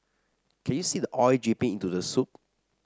can you see the oil dripping into the soup